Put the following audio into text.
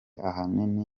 ahanini